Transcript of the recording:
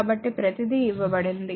కాబట్టి ప్రతిదీ ఇవ్వబడింది